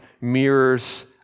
mirrors